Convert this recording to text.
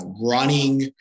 running